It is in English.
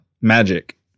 Magic